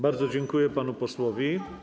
Bardzo dziękuję panu posłowi.